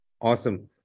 Awesome